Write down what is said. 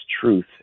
truth